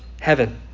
heaven